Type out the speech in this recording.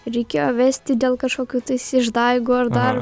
reikėjo vesti dėl kažkokių tais išdaigų ar dar